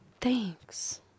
Thanks